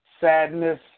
sadness